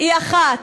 היא אחת: